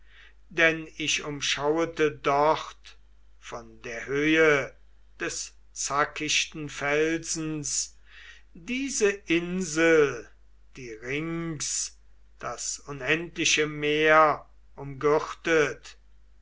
denn ich umschauete dort von der höhe des zackichten felsens diese insel die rings das unendliche meer umgürtet